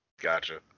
Gotcha